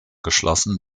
geschlossen